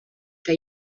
que